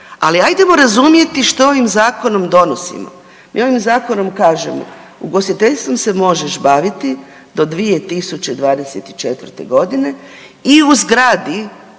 ali ajdemo razumjeti što ovim zakonom donosimo. Mi ovim zakonom kažemo ugostiteljstvom se možeš baviti do 2024.g. i u zgradi,